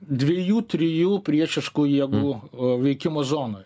dviejų trijų priešiškų jėgų veikimo zonoj